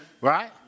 Right